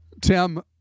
Tim